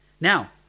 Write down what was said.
Now